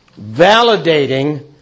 validating